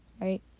Right